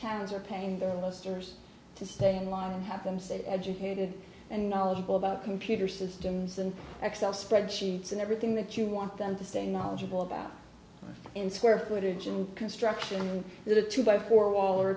towns are paying their ministers to stay in line and have them set educated and knowledgeable about computer systems and excel spreadsheets and everything that you want them to stay knowledgeable about in square footage and construction in a two by four wall or